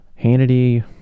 Hannity